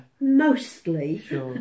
mostly